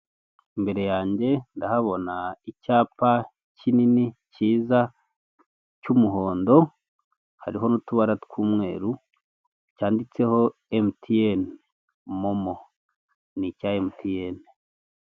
Imbere yange ndahabona icyapa kinini cyiza cy'umuhondo, hariho n'utubara tw'umweru cyanditseho emutiyeni momo ni icya emutiyeni.